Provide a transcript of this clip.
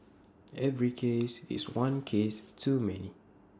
every case is one case too many